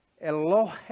Elohe